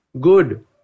good